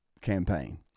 campaign